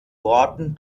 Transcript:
worten